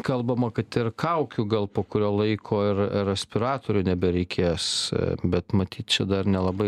kalbama kad ir kaukių gal po kurio laiko ir respiratorių nebereikės bet matyt čia dar nelabai